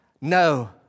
No